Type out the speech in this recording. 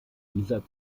dieser